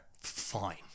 fine